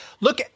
Look